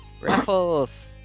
raffles